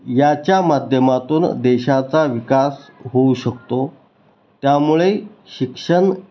याच्या माध्यमातून देशाचा विकास होऊ शकतो त्यामुळे शिक्षण